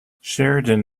sheridan